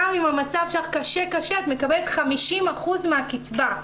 גם אם המצב שלך קשה-קשה, את מקבלת 50% מהקצבה.